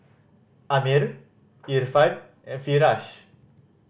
Ammir Irfan and Firash